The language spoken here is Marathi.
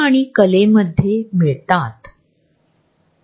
मला असे वाटत नाही आणि माझ्याकडे योजना आहेत